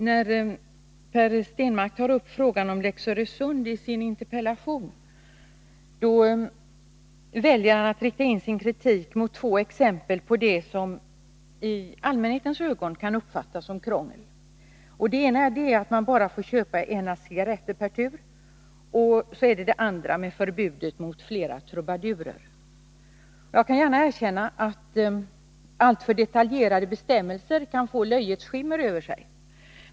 Herr talman! När Per Stenmarck i sin interpellation tar upp frågan om lex Öresund väljer han att rikta in sin kritik på två exempel på det som i allmänhetens ögon kan uppfattas som krångel. Det ena är att man bara får köpa en ask cigaretter per tur, det andra är förbudet mot flera trubadurer. Jag kan gärna erkänna att alltför detaljerade bestämmelser kan få löjets skimmer över sig.